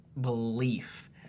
belief